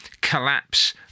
collapse